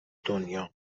دنیام